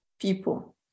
people